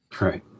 Right